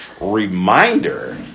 reminder